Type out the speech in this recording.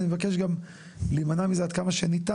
ואני מבקש גם להימנע מזה עד כמה שניתן.